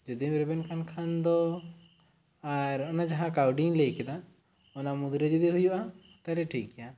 ᱡᱩᱫᱤᱢ ᱨᱮᱵᱮᱱ ᱠᱟᱱ ᱠᱷᱟᱱ ᱫᱚ ᱟᱨ ᱚᱱᱟ ᱡᱟᱦᱟᱸ ᱠᱟᱹᱣᱰᱤᱧ ᱞᱟᱹᱭ ᱠᱮᱫᱟ ᱚᱱᱟ ᱢᱩᱜᱽᱨᱮ ᱡᱩᱫᱤ ᱦᱩᱭᱩᱜᱼᱟ ᱛᱟᱨᱮ ᱴᱷᱤᱠ ᱜᱤᱭᱟ